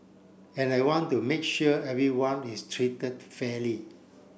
and I want to make sure everyone is treated fairly